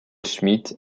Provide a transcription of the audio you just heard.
schmidt